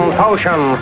potion